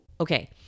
okay